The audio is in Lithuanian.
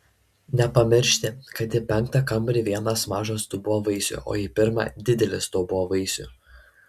nepamiršti kad į penktą kambarį vienas mažas dubuo vaisių o į pirmą didelis dubuo vaisių